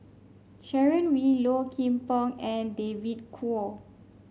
Sharon Wee Low Kim Pong and David Kwo